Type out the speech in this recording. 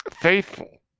Faithful